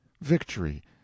victory